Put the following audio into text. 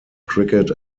cricket